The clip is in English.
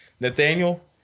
Nathaniel